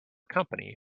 company